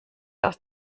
aus